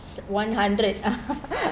s~ one hundred